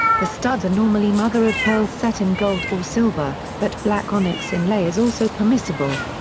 the studs are normally mother of pearl set in gold or silver, but black onyx inlay is also permissible.